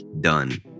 done